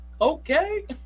okay